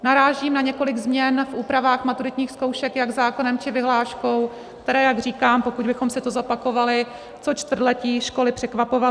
Narážím na několik změn v úpravách maturitních zkoušek jak zákonem, či vyhláškou, které jak říkám, pokud bychom si to zopakovali co čtvrtletí školy překvapovaly.